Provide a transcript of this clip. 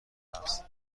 است